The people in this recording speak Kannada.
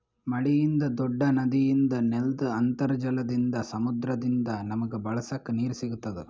ಮಳಿಯಿಂದ್, ದೂಡ್ಡ ನದಿಯಿಂದ್, ನೆಲ್ದ್ ಅಂತರ್ಜಲದಿಂದ್, ಸಮುದ್ರದಿಂದ್ ನಮಗ್ ಬಳಸಕ್ ನೀರ್ ಸಿಗತ್ತದ್